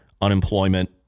unemployment